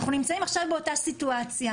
אנחנו נמצאים עכשיו באותה סיטואציה,